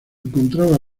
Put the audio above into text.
encontraba